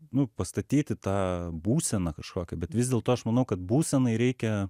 nu pastatyti tą būseną kažkokią bet vis dėlto aš manau kad būsenai reikia